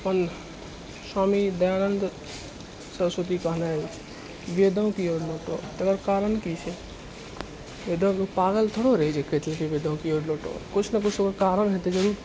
अपन स्वामी दयानन्द सरस्वती कहने अछि वेदो की ओर लौटो तकर कारण की छै लोग पागल थोड़े रहै जे कही देलकै वेदो की ओर लौटो कुछ ने कुछ ओकर कारण हेतै जरूर